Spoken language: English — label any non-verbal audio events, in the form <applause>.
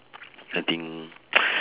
I think <noise> <breath>